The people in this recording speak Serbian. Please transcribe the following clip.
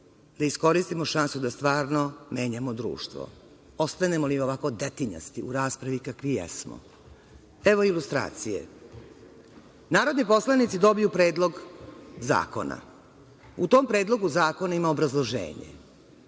da iskoristimo šansu da stvarno menjamo društvo, ostanemo li ovako detinjasti u raspravi kakvi jesmo. Evo ilustracije. Narodni poslanici dobiju predlog zakona, u tom predlogu zakona ima obrazloženje